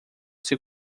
seu